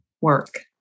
work